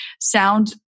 sound